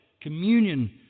communion